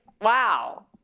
wow